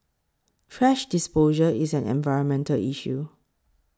thrash disposal is an environmental issue